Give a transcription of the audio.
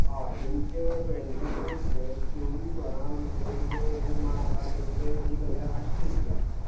होय तेंचें twenty four seven चोवीस वरां भितर जो रूम आसा तेंचें एक हजार आठशे रुपया आसता